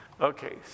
Okay